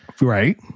right